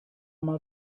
mal